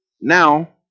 now